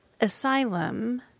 Asylum